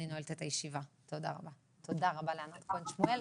תודה רבה לכולם, הישיבה